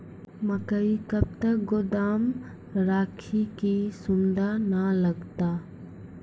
मकई कब तक गोदाम राखि की सूड़ा न लगता?